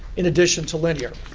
in addition to linear.